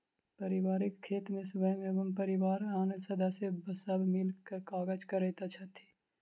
पारिवारिक खेत मे स्वयं एवं परिवारक आन सदस्य सब मिल क काज करैत छथि